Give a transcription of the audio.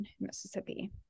Mississippi